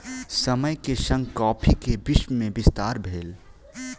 समय के संग कॉफ़ी के विश्व में विस्तार भेल